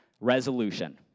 resolution